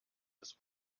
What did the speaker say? des